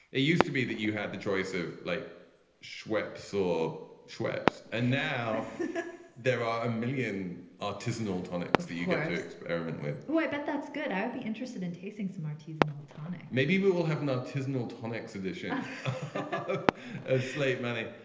it used to be that you had the choice of like schweppes or schweppes. and now there are a million artisanal tonics you can experiment with oh, i bet that's good. i'd be interested in tasting some artisanal tonic maybe we will have no tears, no tonics edition as late money.